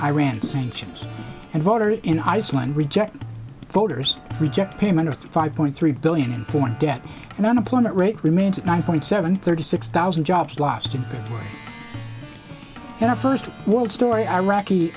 iran sanctions and water in iceland reject voters reject payment of five point three billion in foreign debt and unemployment rate remains at nine point seven thirty six thousand jobs lost in a first world story iraqi